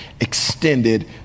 extended